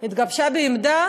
התגבשה בי עמדה